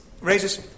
raises